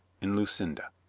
in lucinda.